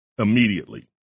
immediately